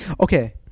Okay